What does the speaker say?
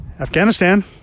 Afghanistan